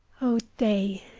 oh, day,